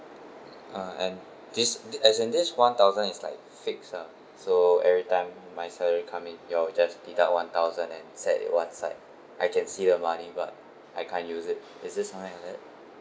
uh and this as in this one thousand is like fixed ah so everytime my salary coming you all will just deduct one thousand and set it one side I can see the money but I can't use it is this something like that